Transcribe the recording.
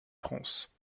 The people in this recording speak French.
france